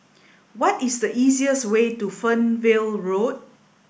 what is the easiest way to Fernvale Road